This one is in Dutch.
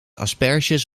asperges